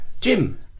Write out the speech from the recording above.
Jim